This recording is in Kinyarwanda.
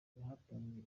yatahanye